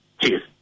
Cheers